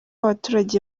abaturage